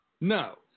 No